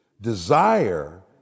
Desire